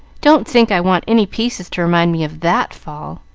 don't think i want any pieces to remind me of that fall.